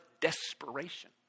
desperation